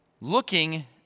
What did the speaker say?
looking